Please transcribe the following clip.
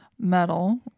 Metal